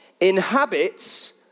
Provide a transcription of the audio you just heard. inhabits